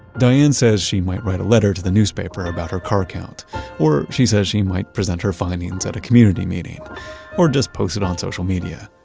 diane says she might write a letter to the newspaper about her car count or she says she might present her findings at a community meeting or just post it on social media.